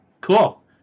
cool